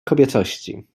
kobiecości